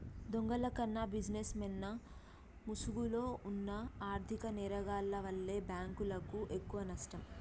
దొంగల కన్నా బిజినెస్ మెన్ల ముసుగులో వున్న ఆర్ధిక నేరగాల్ల వల్లే బ్యేంకులకు ఎక్కువనష్టం